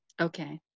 Okay